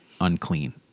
unclean